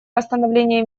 восстановления